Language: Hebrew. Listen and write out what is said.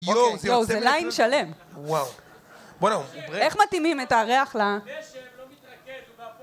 יואו, זה ליין שלם. וואו. בוא נא הוא. איך מתאימים את הריח לה? גשם לא מתרקב עם ה